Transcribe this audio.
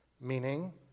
meaning